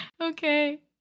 Okay